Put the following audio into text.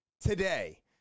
today